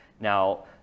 now